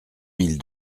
mille